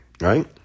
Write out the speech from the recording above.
Right